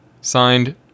Signed